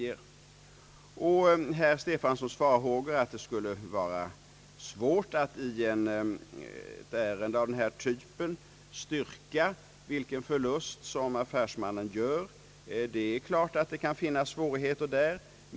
Herr Stefanson säger att det skulle vara svårt att i ett ärende av denna typ styrka vilken förlust affärsmannen gör, och det är klart att det kan finnas sådana svårigheter.